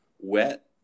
wet